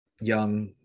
young